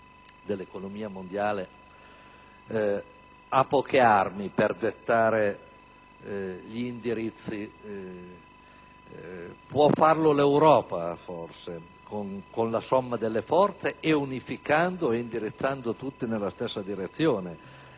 dell'economia mondiale ha poche armi per dettare gli indirizzi; forse potrebbe farlo l'Europa con la somma delle forze, unificando e indirizzando tutti nella stessa direzione